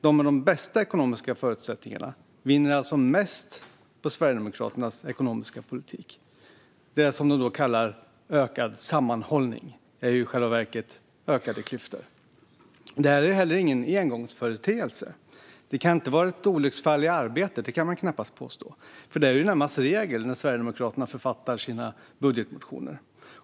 De med de bästa ekonomiska förutsättningarna vinner alltså mest på Sverigedemokraternas ekonomiska politik. Det man kallar ökad sammanhållning är i själva verket ökade klyftor. Detta är inte heller någon engångsföreteelse. Det kan inte vara ett olycksfall i arbetet; det kan man knappast påstå. Detta är ju närmast regel när Sverigedemokraterna författar sina budgetmotioner.